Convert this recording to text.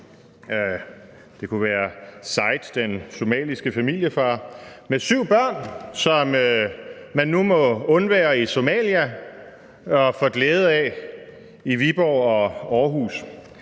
Det kunne være Said, den somaliske familiefar med syv børn, som man nu må undvære i Somalia og får glæde af i Viborg og Aarhus.